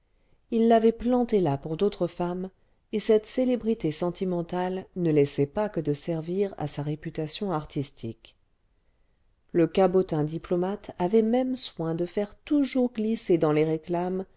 il l'avait plantée là pour d'autres femmes et cette célébrité sentimentale ne laissait pas que de servir à sa réputation artistique le cabotin diplomate avait même soin de faire toujours glisser dans les réclames